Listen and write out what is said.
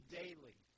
daily